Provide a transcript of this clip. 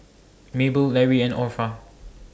Mabel Larry and Orpha